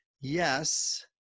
Yes